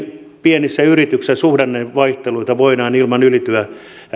pienissä yrityksissä suhdannevaihteluita voidaan ilman